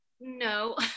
No